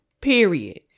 period